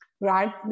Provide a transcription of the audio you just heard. right